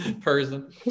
person